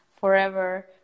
forever